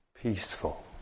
peaceful